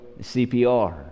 CPR